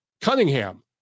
Cunningham